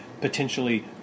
potentially